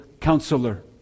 counselor